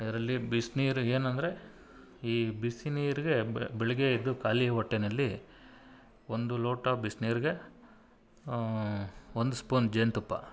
ಇದರಲ್ಲಿ ಬಿಸ್ನೀರ್ಗೆ ಏನಂದರೆ ಈ ಬಿಸಿನೀರಿಗೆ ಬೆಳಗ್ಗೆ ಎದ್ದು ಖಾಲಿ ಹೊಟ್ಟೆನಲ್ಲಿ ಒಂದು ಲೋಟ ಬಿಸ್ನೀರಿಗೆ ಒಂದು ಸ್ಪೂನ್ ಜೇನುತುಪ್ಪ